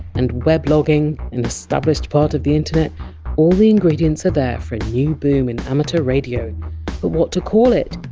and weblogging an established part of the internet all the ingredients are there for a new boom in amateur radio. but what to call it?